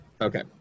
okay